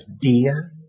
dear